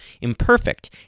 imperfect